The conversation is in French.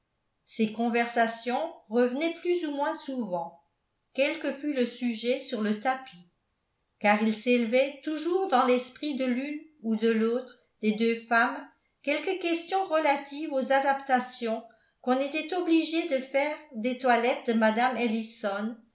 ces conversations revenaient plus ou moins souvent quel que fût le sujet sur le tapis car il s'élevait toujours dans l'esprit de l'une ou de l'autre des deux femmes quelque question relative aux adaptations qu'on était obligé de faire des toilettes de mme ellison